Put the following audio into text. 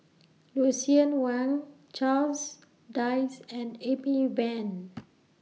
Lucien Wang Charles Dyce and Amy Van